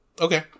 Okay